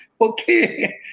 Okay